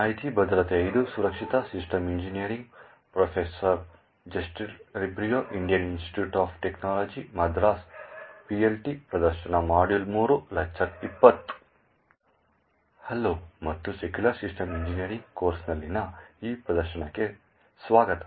hello ಮತ್ತು secure system engineering ಕೋರ್ಸ್ನಲ್ಲಿನ ಈ ಪ್ರದರ್ಶನಕ್ಕೆ ಸ್ವಾಗತ